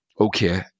okay